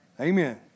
Amen